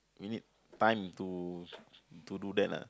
we need time to to do that lah